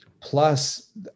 plus